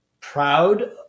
proud